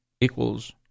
equals